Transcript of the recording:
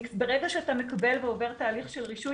ברגע שאתה מקבל ועובר תהליך של רישוי,